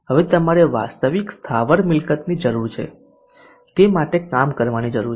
હવે તમારે વાસ્તવિક સ્થાવર મિલકતની જરૂરિયાત છે તે માટે કામ કરવાની જરૂર છે